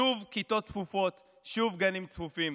שוב כיתות צפופות, שוב גנים צפופים,